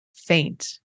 faint